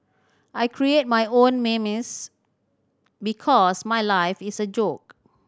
I create my own memes because my life is a joke